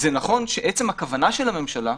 ואומר שזה נכון שעצם הכוונה של הממשלה,